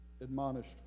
admonished